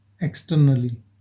externally